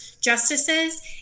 justices